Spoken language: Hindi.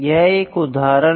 यह एक उदाहरण है